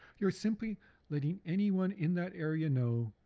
you're simply letting anyone in that area know